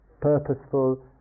purposeful